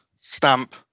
stamp